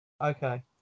Okay